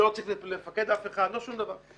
אני לא צריך לפקוד אף אחד, לא שום דבר.